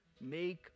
make